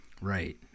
Right